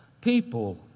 People